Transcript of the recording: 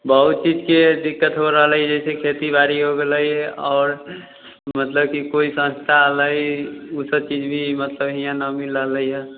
बहुत चीजके दिक्कत हो रहले हइ जइसे खेती बाड़ी हो गेले आओर मतलब की कोइ संस्था होलै ओसब चीज भी मतलब हियाँ नहि मिल रहलै हइ